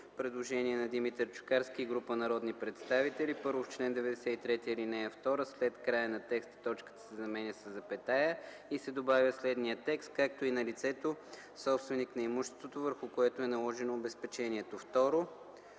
Предложение на Димитър Чукарски и група народни представители: 1. В чл. 93, ал. 2 след края на текста точката се заменя със запетая и се добавя следният текст: „както и на лицето, собственик на имуществото, върху което е наложено обезпечението”.